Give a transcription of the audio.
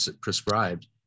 prescribed